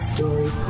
Story